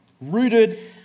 Rooted